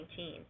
2019